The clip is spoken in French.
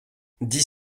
dix